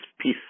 peace